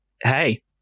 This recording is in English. hey